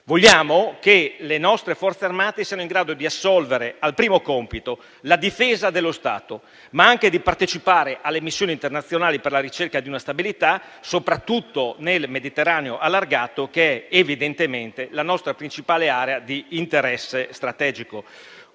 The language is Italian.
Vogliamo che le nostre Forze armate siano in grado di assolvere al loro primo compito, la difesa dello Stato, ma anche di partecipare alle missioni internazionali per la ricerca di una stabilità, soprattutto nel Mediterraneo allargato, che è evidentemente la nostra principale area di interesse strategico.